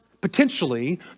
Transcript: potentially